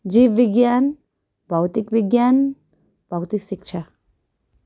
जीव विज्ञान भौतिक विज्ञान भौतिक शिक्षा